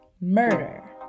murder